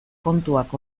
kontuak